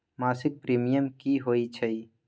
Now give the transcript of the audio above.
मासिक प्रीमियम की होई छई?